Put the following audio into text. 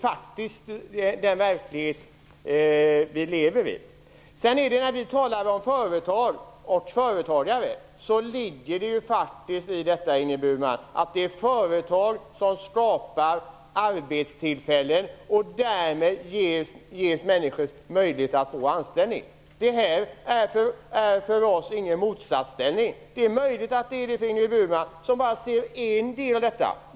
Det är den verklighet som vi lever i. När vi talar om företag och företagare ligger där faktiskt att det är företag som skapar arbetstillfällen och därmed ger människor möjlighet att få anställning. Det är för oss ingen motsatsställning. Det är möjligt att det är det för Ingrid Burman som bara ser en del i detta.